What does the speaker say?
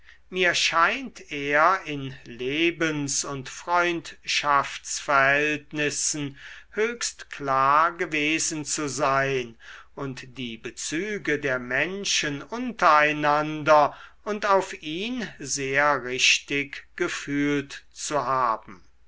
mir scheint er in lebens und freundschaftsverhältnissen höchst klar gewesen zu sein und die bezüge der menschen untereinander und auf ihn sehr richtig gefühlt zu haben